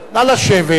נא לשבת.